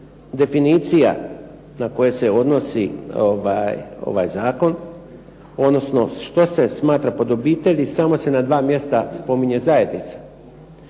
definicija na koje se odnosi ovaj Zakon, odnosno što se smatra pod obitelji samo se na dva mjesta spominje zajednica.